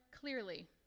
clearly